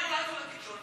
חברות וחברי הכנסת,